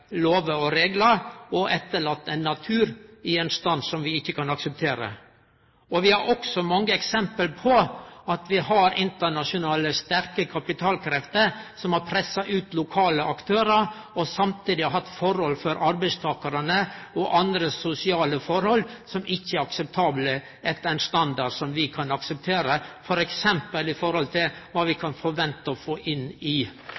lover og reglar og etterlate naturen i ein stand som vi ikkje kan akseptere. Vi har også mange eksempel på at internasjonalt sterke kapitalkrefter har pressa ut lokale aktørar og har samtidig hatt forhold for arbeidstakarane og andre sosiale forhold som ikkje er akseptable etter ein standard som vi kan akseptere, f.eks. med omsyn til kva vi kan forvente å få inn i